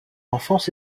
enfance